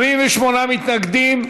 28 מתנגדים,